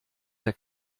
der